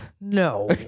No